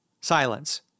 Silence